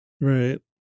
right